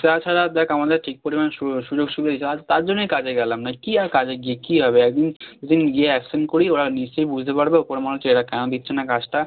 তাছাড়া দেখ আমাদের ঠিক পরিমাণে সু সুযোগ সুবিধা আর তার জন্যই কাজে গেলাম না কী আর কাজে গিয়ে কী হবে এক দিন দু দিন গিয়ে অ্যাবসেন্ট করি ওরা নিশ্চয়ই বুঝতে পারবে ওপর যে এরা কেন দিচ্ছে না কাজটা